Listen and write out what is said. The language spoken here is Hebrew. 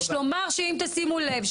יש לומר שאם תשימו לב,